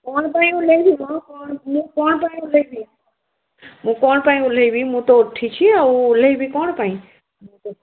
କଣ ପାଇଁ ଓହ୍ଲେଇବି ମୁଁ କଣ ପାଇଁ ଓହ୍ଲେଇବି ମୁଁ କଣ ପାଇଁ ଓହ୍ଲେଇବି ମୁଁ ତ ଉଠିଛି ଆଉ ଓହ୍ଲେଇବି କ'ଣ ପାଇଁ